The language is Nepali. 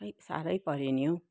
साह्रै पऱ्यो नि हौ